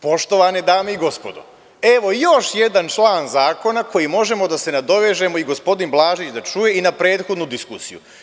Poštovane dame i gospodo, evo još jedan član zakona kojim možemo da se nadovežemo, gospodin Blažić da čuje, i na prethodnu diskusiju.